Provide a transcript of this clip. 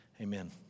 Amen